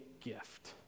gift